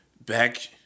back